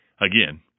Again